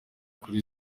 kuri